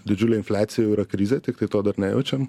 didžiulė infliacija jau yra krizė tiktai to dar nejaučiam